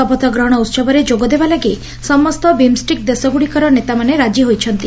ଶପଥ ଗ୍ରହଣ ଉହବରେ ଯୋଗ ଦେବା ଲାଗି ସମସ୍ତ ବିମଷ୍ଟିକ୍ ଦେଶଗୁଡ଼ିକର ନେତାମାନେ ରାଜି ହୋଇଛନ୍ତି